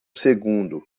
segundo